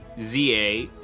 ZA